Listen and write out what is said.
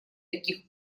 таких